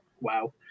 Wow